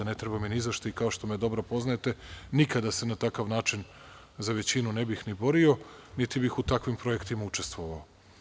Ne treba mi ni za šta i, kao što me dobro poznajete, nikada se na takav način za većinu ne bih ni borio, niti bih u takvim projektima učestvovao.